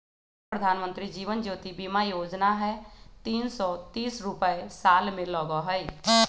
गो प्रधानमंत्री जीवन ज्योति बीमा योजना है तीन सौ तीस रुपए साल में लगहई?